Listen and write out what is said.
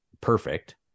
perfect